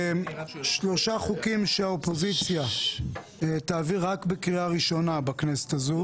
שלושה חוקים שהאופוזיציה תעביר רק בקריאה ראשונה בכנסת הזאת.